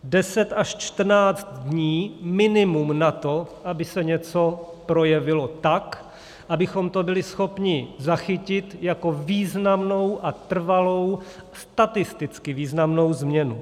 Deset až čtrnáct dní minimum na to, aby se něco projevilo tak, abychom to byli schopni zachytit jako významnou a trvalou, statisticky významnou změnu.